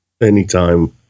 Anytime